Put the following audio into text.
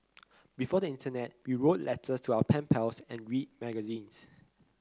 before the internet we wrote letters to our pen pals and read magazines